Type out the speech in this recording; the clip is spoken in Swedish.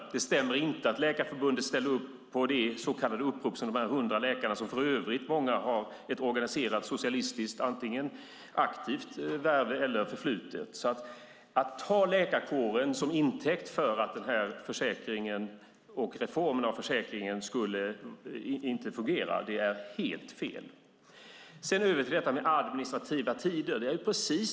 Det stämmer inte att Läkarförbundet ställer upp på det så kallade upprop som de här 100 läkarna har skrivit. Många av dem har för övrigt ett organiserat socialistiskt antingen aktivt värv eller förflutet. Att använda läkarkåren som stöd för att den här försäkringen och reformen av försäkringen inte skulle fungera är helt fel. Låt mig sedan gå över till detta med administrativa tider.